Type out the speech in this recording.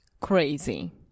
crazy